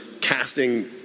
casting